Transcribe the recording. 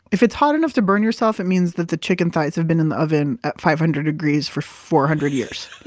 if it's hot enough to burn yourself, it means that the chicken thighs have been in the oven at five hundred degrees for four hundred years.